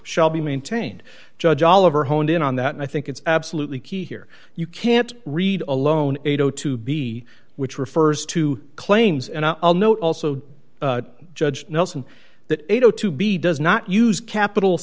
shall be maintained judge oliver honed in on that and i think it's absolutely key here you can't read alone eight o two b which refers to claims and i'll note also judge nelson that you know to be does not use capital